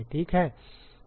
ठीक है